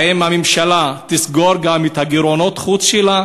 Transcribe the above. האם הממשלה תסגור גם את גירעונות החוץ שלה,